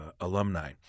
alumni